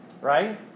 Right